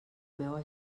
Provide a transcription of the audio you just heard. meua